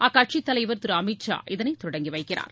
அக்கட்சித் தலைவர் திரு அமித் ஷா இதனை தொடங்கி வைக்கிறார்